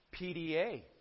PDA